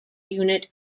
unit